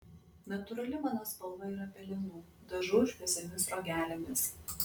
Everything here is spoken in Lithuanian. natūrali mano spalva yra pelenų dažau šviesiomis sruogelėmis